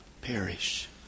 perish